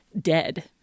dead